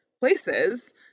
places